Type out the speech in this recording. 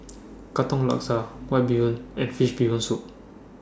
Katong Laksa White Bee Hoon and Fish Bee Hoon Soup